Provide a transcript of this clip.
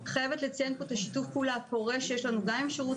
אני חייבת לציין כאן את שיתוף הפעולה הפורה שיש לנו גם עם שירות